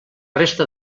resta